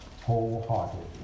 wholeheartedly